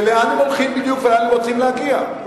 ולאן הם הולכים בדיוק ולאן הם רוצים להגיע?